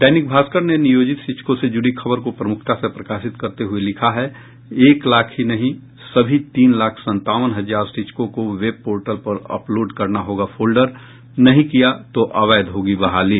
दैनिक भास्कर ने नियोजित शिक्षकों से जुड़ी खबर को प्रमुखता से प्रकाशित करते हुये लिखा है एक लाख ही नहीं सभी तीन लाख संतावन हजार शिक्षकों को वेब पोर्टल पर अपलोड करना होगा फोल्डर नहीं किया तो अवैध होगी बहाली